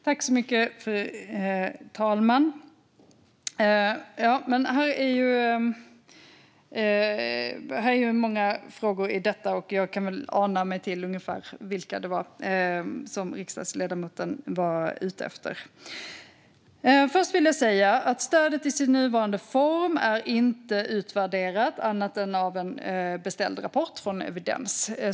Fru talman! I detta finns många frågor, och jag kan ana mig till ungefär vilka riksdagsledamoten var ute efter. Först vill jag säga att stödet i sin nuvarande form inte är utvärderat annat än i en beställd rapport utförd av Evidens.